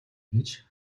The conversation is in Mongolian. гэж